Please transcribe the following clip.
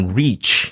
reach